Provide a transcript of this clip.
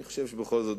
אני חושב שבכל זאת,